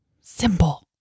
Simple